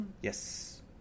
Yes